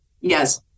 Yes